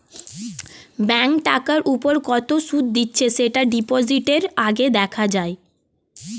bank টাকার উপর কত সুদ দিচ্ছে সেটা ডিপোজিটের আগে দেখা যায়